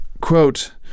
Quote